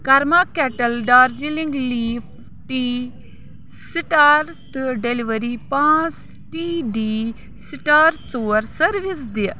Karma Kettle Darjeeling leaf tea star تہٕ delivery پانٛژھ T D star ژور سٔروِس دِ